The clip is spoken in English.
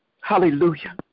hallelujah